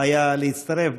היה להצטרף.